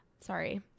Sorry